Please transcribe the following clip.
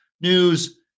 news